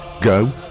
Go